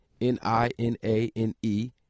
N-I-N-A-N-E